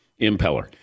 impeller